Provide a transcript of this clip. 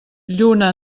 lluna